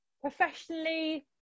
professionally